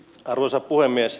arvoisa puhemies